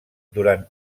durant